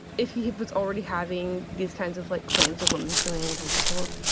if he was already having these kinds of like claims of women feeling uncomfortable,